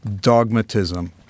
dogmatism